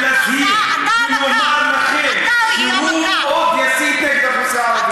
ולהבהיר ולומר לכם כי הוא עוד יסית נגד המגזר הערבי.